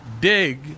dig